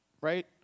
right